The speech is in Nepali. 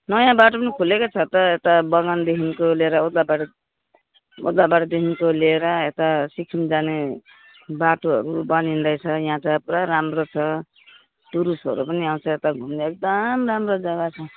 नयाँ बाटो पनि खोलेको छ त यता बगानदेखिको लिएर ओद्लाबारी ओद्लाबारीदेखिको लिएर यता सिक्किम जाने बाटोहरू बनिँदैछ यहाँ त पुरा राम्रो छ टुरिस्टहरू पनि आउँछ यता घुम्नु एकदम राम्रो जग्गा छ